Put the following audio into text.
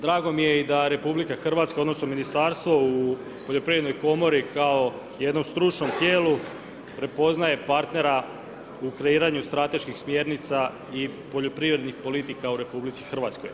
Drago mi je da i RH, odnosno Ministarstvo u poljoprivrednoj komori kao jednom stručnom tijelu prepoznaje partnera u kreiranju strateških smjernica i poljoprivrednih politika u RH.